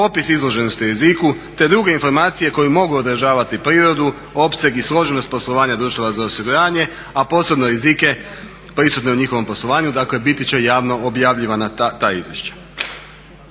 opis izloženosti riziku te druge informacije koje mogu odražavati prirodi, opseg i složenost poslovanja društava za osiguranje, a posebno rizike prisutne u njihovom poslovanju, dakle biti će javno objavljivana ta izvješća.